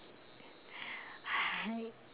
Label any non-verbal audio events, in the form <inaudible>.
<noise>